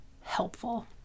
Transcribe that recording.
helpful